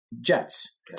jets